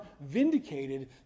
vindicated